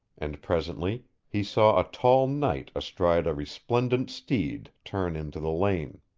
and presently he saw a tall knight astride a resplendent steed turn into the lane.